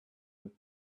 with